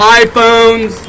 iPhones